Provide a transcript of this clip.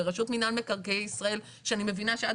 לרשות מינהל מקרקעי ישראל שאני מבינה שעד